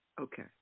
Okay